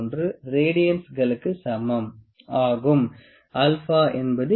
00133 ரேடியன்ஸ்களுக்கு சமம் ஆகும்